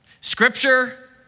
Scripture